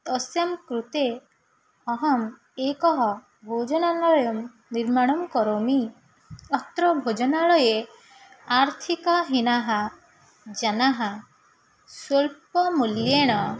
अस्यां कृते अहम् एकं भोजनालयं निर्माणं करोमि अत्र भोजनालये आर्थिकहीनाः जनाः स्वल्पमूल्येन